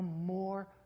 more